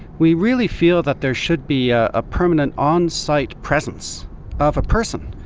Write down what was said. we really feel that there should be ah a permanent on-site presence of a person,